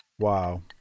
Wow